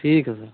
ठीक है सर